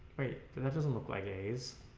that doesn't look like aids